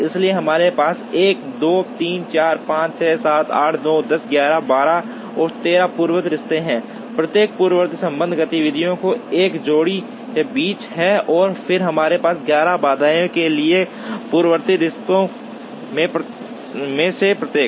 इसलिए हमारे पास 1 2 3 4 5 6 7 8 9 10 11 12 और 13 पूर्ववर्ती रिश्ते हैं प्रत्येक पूर्ववर्ती संबंध गतिविधियों की एक जोड़ी के बीच है और फिर हमारे पास 11 बाधाओं के लिए है पूर्ववर्ती रिश्तों में से प्रत्येक